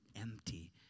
empty